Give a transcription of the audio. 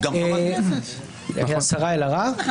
מה יש לכם?